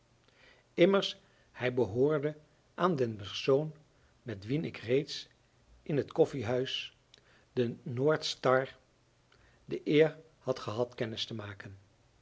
immers hij behoorde aan den persoon met wien ik reeds in het koffiehuis de noordstar de eer had gehad kennis te maken